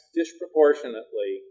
disproportionately